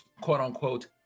quote-unquote